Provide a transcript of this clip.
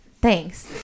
Thanks